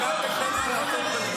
קשה לה לעשות חשבון של הנסיעות שלה.